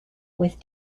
with